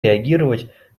реагировать